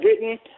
written